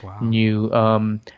new